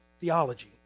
theology